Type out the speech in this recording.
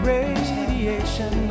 Radiation